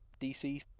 dc